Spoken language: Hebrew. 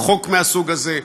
חוק מהסוג הזה.